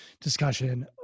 discussion